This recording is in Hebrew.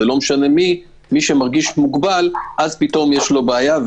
מי שמרגיש מוגבל פתאום יש לו בעיה.